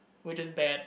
which is bad